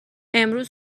امروز